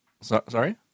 Sorry